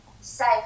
safe